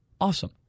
Awesome